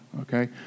okay